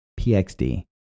PXD